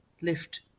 lift